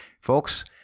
Folks